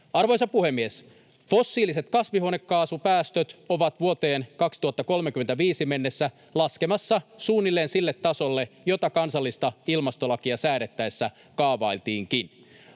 Arvoisa puhemies! Fossiiliset kasvihuonekaasupäästöt ovat vuoteen 2035 mennessä laskemassa suunnilleen sille tasolle, jota kansallista ilmastolakia säädettäessä kaavailtiinkin.